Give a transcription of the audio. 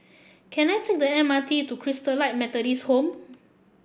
can I take the M R T to Christalite Methodist Home